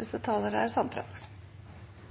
interessant forelesning om